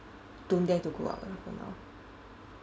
don't dare to go out lah for now